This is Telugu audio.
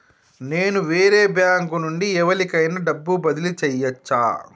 నేను వేరే బ్యాంకు నుండి ఎవలికైనా డబ్బు బదిలీ చేయచ్చా?